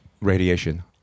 Radiation